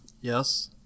Yes